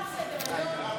נתקבל.